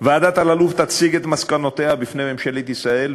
תציג ועדת אלאלוף את מסקנותיה בפני ממשלת ישראל,